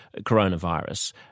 coronavirus